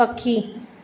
पखी